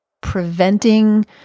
preventing